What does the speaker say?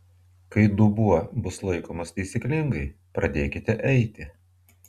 kai dubuo bus laikomas taisyklingai pradėkite eiti